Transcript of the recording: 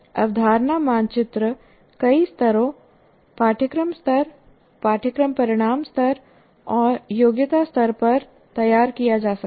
अवधारणा मानचित्र कई स्तरों पाठ्यक्रम स्तर पाठ्यक्रम परिणाम स्तर और योग्यता स्तर पर तैयार किया जा सकता है